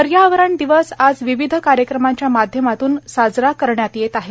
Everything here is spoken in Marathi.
पर्यावरण दिवस आज विविध कार्यक्रमांच्या माध्यमातून साजरा करण्यात येत आहे